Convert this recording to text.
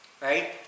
Right